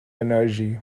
energy